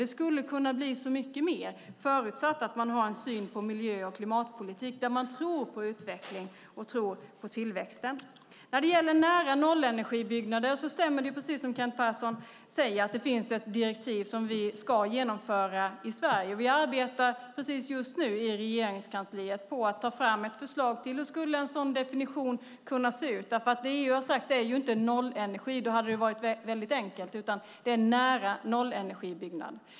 Det skulle kunna bli så mycket mer förutsatt att man har en syn på miljö och klimatpolitik där man tror på utveckling och tillväxten. När det gäller nära-nollenergibyggnader stämmer det som Kent Persson säger. Det finns ett direktiv som vi ska genomföra i Sverige. Vi arbetar precis just nu i Regeringskansliet på att ta fram ett förslag. Hur skulle en sådan definition kunna se ut? Det handlar inte om nollenergi - då hade det varit väldigt enkelt - utan om en nära-nollenergibyggnad.